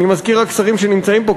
אני מזכיר רק שרים שנמצאים פה,